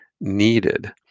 needed